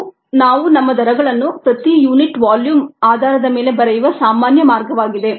ಇದು ನಾವು ನಮ್ಮ ದರಗಳನ್ನು ಪ್ರತಿ ಯುನಿಟ್ ವಾಲ್ಯೂಮ್ ಆಧಾರದ ಮೇಲೆ ಬರೆಯುವ ಸಾಮಾನ್ಯ ಮಾರ್ಗವಾಗಿದೆ